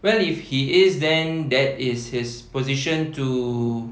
well if he is then that is his position to